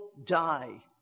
die